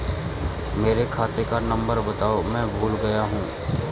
मेरे खाते का नंबर बताओ मैं भूल गया हूं